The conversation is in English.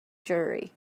jury